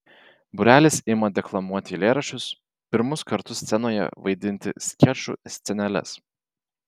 būrelis ima deklamuoti eilėraščius pirmus kartus scenoje vaidinti skečų sceneles